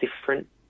different